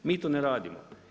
Mi to ne radimo.